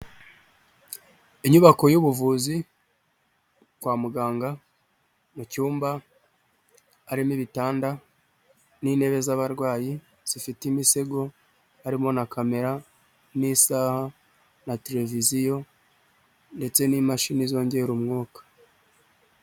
Inyubako y'ubuvuzi kwa muganga mu cyumba harimo ibitanda n'intebe z'abarwayi zifite imisego harimo na kamera n'isaha na televiziyo ndetse n'imashini zongera umwuka.